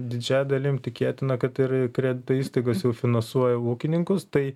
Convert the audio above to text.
didžiąja dalim tikėtina kad ir kredito įstaigos jau finansuoja ūkininkus tai